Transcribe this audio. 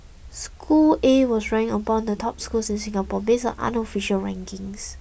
school A was ranked among the top schools in Singapore based on unofficial rankings